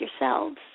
yourselves